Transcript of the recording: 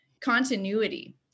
continuity